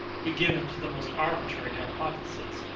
we give in to the most arbitrary hypothesis,